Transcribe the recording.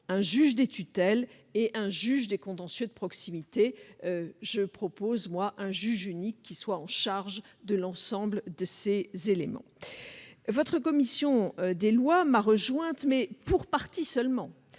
un juge des tutelles et un juge des contentieux de proximité. Je propose, pour ma part, un juge unique prenant en charge l'ensemble de ces dossiers. Votre commission des lois m'a rejointe, mais pour partie seulement,